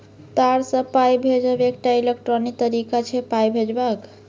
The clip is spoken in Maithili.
तार सँ पाइ भेजब एकटा इलेक्ट्रॉनिक तरीका छै पाइ भेजबाक